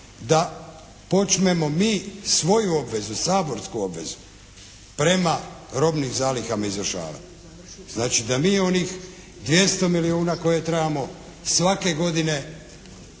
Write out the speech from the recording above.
da počnemo mi svoju obvezu, saborsku obvezu prema robnim zalihama izvršavati. Znači, da mi onih 200 milijuna koje trebamo svake godine